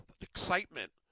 excitement